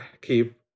keep